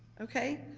okay?